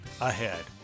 ahead